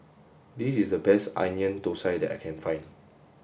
this is the best Onion Thosai that I can find